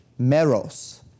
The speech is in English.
meros